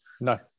No